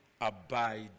abide